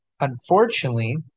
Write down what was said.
unfortunately